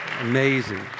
amazing